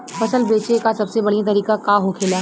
फसल बेचे का सबसे बढ़ियां तरीका का होखेला?